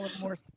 more